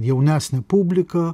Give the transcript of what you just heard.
jaunesnė publika